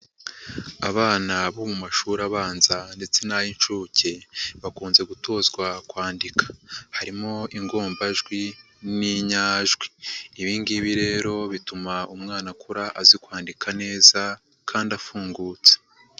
Abana bo mu mashuri abanza ndetse n'ay'inshuke, bakunze gutozwa kwandika. Harimo ingombajwi n'inyajwi. Ibi ngibi rero bituma umwana akura azi kwandika neza kandi afungutse.